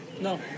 No